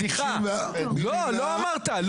סליחה, לא אמרת.